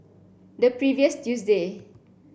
the previous Tuesday